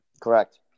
Correct